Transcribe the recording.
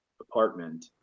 apartment